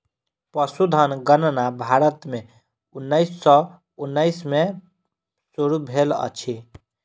पशुधन गणना भारत में उन्नैस सौ उन्नैस में शुरू भेल अछि